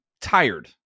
tired